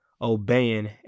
obeying